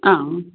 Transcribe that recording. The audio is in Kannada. ಹಾಂ